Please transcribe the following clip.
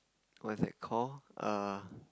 what's that call err